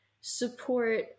support